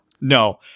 No